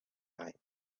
night